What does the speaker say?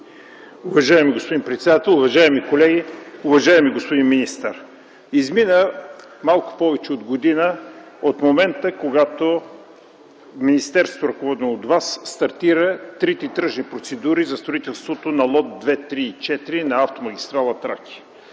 Уважаеми господин председател, уважаеми колеги, уважаеми господин министър! Измина малко повече от година от момента, когато министерството, ръководено от Вас, стартира трите тръжни процедури за строителството на лот 2, 3 и 4 на автомагистрала „Тракия”.